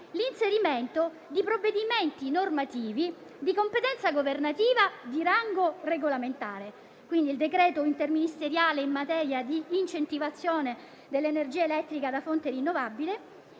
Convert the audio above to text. l'inserimento di provvedimenti normativi di competenza governativa di rango regolamentare (quindi il decreto interministeriale in materia di incentivazione dell'energia elettrica da fonte rinnovabile)